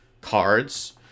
cards